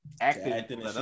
acting